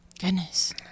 Goodness